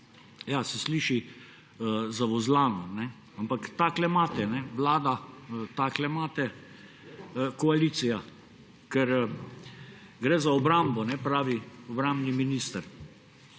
Ja, se sliši zavozlano, ampak takle imate, vlada, takle imate, koalicija. Ker gre za obrambo, pravi obrambni minister.